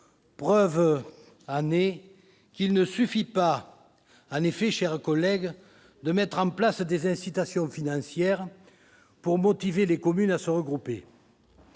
prouve qu'il ne suffit pas, chers collègues, de mettre en place des incitations financières pour motiver les communes à se regrouper.